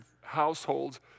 households